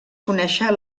conèixer